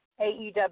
AEW